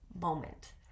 moment